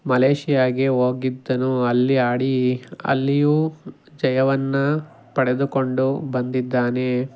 ಮಲೇಷಿಯಾಗೆ ಹೋಗಿದ್ದನು ಅಲ್ಲಿ ಆಡಿ ಅಲ್ಲಿಯೂ ಜಯವನ್ನು ಪಡೆದುಕೊಂಡು ಬಂದಿದ್ದಾನೆ